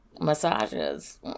massages